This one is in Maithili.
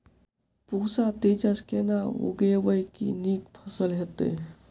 पूसा तेजस केना उगैबे की नीक फसल हेतइ?